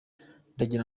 ndagira